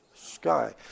sky